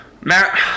Matt